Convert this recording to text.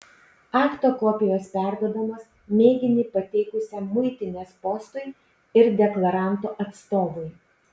akto kopijos perduodamos mėginį pateikusiam muitinės postui ir deklaranto atstovui